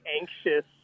anxious